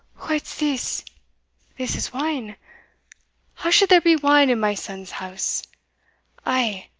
what's this this is wine how should there be wine in my son's house ay,